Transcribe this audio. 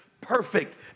perfect